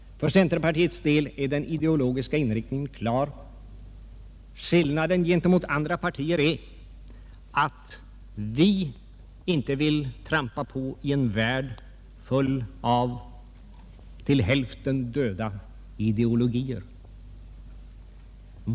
För centerpartiets del är den ideologiska inriktningen klar. Skillnaden gentemot andra partier är att vi inte vill trampa på i en värld full av till hälften döda ideologier.